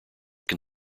can